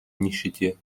нищете